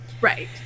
Right